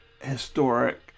historic